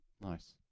Nice